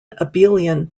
abelian